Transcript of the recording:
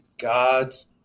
God's